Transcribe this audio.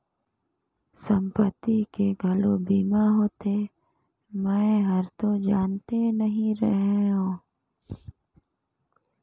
संपत्ति के घलो बीमा होथे? मे हरतो जानते नही रहेव